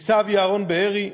ניצב ירון בארי,